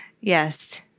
Yes